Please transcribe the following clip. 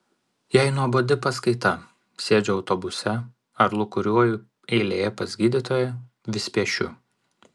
jei nuobodi paskaita sėdžiu autobuse ar lūkuriuoju eilėje pas gydytoją vis piešiu